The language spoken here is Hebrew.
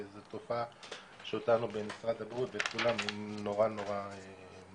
וזאת תופעה שאותנו במשרד הבריאות היא נורא מדאיגה.